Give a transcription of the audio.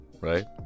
right